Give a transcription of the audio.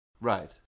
right